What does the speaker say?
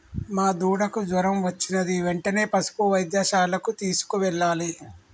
మా దూడకు జ్వరం వచ్చినది వెంటనే పసుపు వైద్యశాలకు తీసుకెళ్లాలి